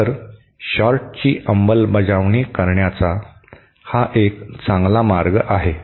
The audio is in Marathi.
तर शॉर्टची अंमलबजावणी करण्याचा हा एक चांगला मार्ग आहे